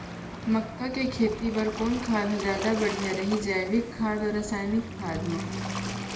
मक्का के खेती बर कोन खाद ह जादा बढ़िया रही, जैविक खाद अऊ रसायनिक खाद मा?